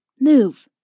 move